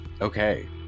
Okay